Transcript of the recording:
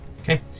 Okay